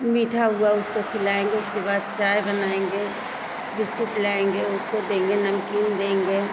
मीठा हुआ उसको खिलाएंगे उसके बाद चाय बनाएंगे बिस्कुट लाएंगे उसको देंगे नमकीन देंगे